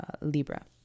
Libra